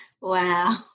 Wow